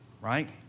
right